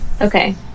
Okay